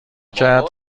کرد